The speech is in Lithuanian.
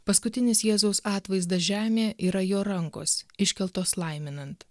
paskutinis jėzaus atvaizdas žemė yra jo rankos iškeltos laiminant